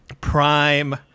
prime